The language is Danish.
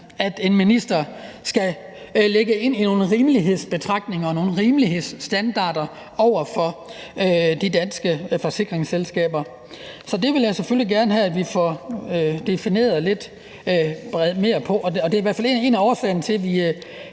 en minister skal lægge ind i nogle rimelighedsbetragtninger og nogle rimelighedsstandarder over for de danske forsikringsselskaber. Så det vil jeg selvfølgelig gerne have at vi får defineret lidt mere klart, og det er i hvert fald en af årsagerne til, at vi